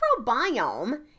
microbiome